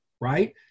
right